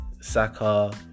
Saka